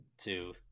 two